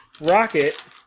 Rocket